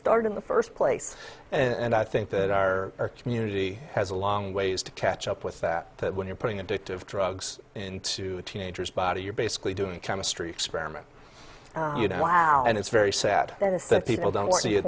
start in the first place and i think that our community has a long ways to catch up with that that when you're putting addictive drugs into teenagers body you're basically doing a chemistry experiment and it's very sad that is that people don't want to you